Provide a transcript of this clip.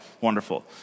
Wonderful